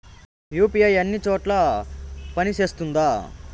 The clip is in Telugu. యు.పి.ఐ అన్ని చోట్ల పని సేస్తుందా?